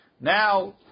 Now